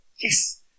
Yes